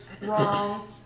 wrong